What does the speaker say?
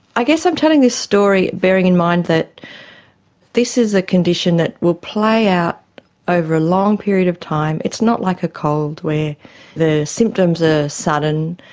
i guess i'm telling this story bearing in mind that this is a condition that will play out over a long period of time. it's not like a cold where the symptoms are sudden,